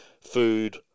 food